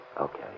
Okay